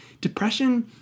Depression